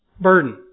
burden